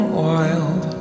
wild